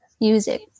music